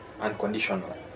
unconditional